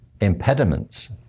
impediments